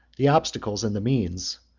the obstacles and the means,